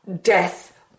death